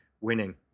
winning